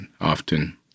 often